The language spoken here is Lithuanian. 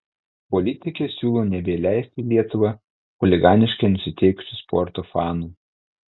politikė siūlo nebeįleisti į lietuvą chuliganiškai nusiteikusių sporto fanų